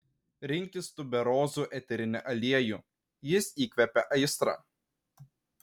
rinkis tuberozų eterinį aliejų jis įkvepia aistrą